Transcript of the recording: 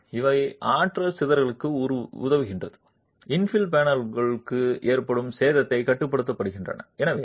எனவே இவை ஆற்றல் சிதறலுக்கு உதவுகின்றன இன்ஃபில் பேனலுக்கு ஏற்படும் சேதத்தை கட்டுப்படுத்துகின்றன